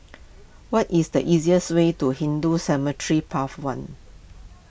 what is the easiest way to Hindu Cemetery Path one